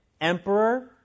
emperor